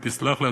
סלח לי,